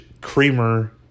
creamer